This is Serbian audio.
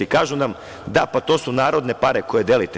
I, kažu nam, da to su narodne pare koje delite.